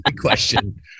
question